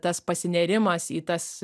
tas pasinėrimas į tas